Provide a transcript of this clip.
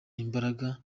imbaraga